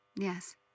Yes